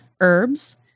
herbs